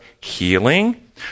healing